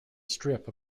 strip